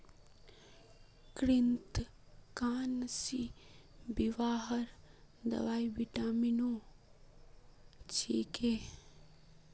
कृन्तकनाशीर विषहर दवाई विटामिनेर छिको